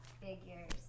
figures